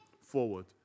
forward